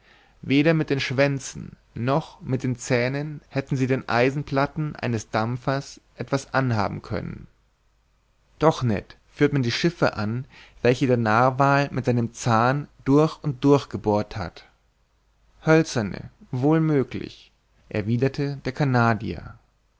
weder mit den schwänzen noch mit den zähnen hätten sie den eisenplatten eines dampfers etwas anhaben können doch ned führt man schiffe an welche der narwal mit seinem zahn durch und durch gebohrt hat hölzerne wohl möglich erwiderte der